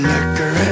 Liquor